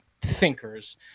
thinkers